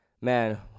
man